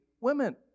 women